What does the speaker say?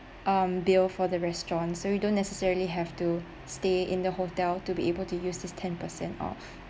um bill for the restaurant so you don't necessarily have to stay in the hotel to be able to use this ten percent off